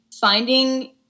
finding